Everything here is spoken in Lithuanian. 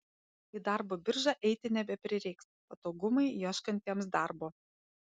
į darbo biržą eiti nebeprireiks patogumai ieškantiems darbo